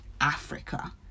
Africa